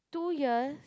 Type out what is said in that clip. two years